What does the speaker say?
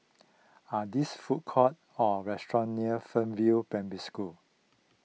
are there food courts or restaurants near Fernvale Primary School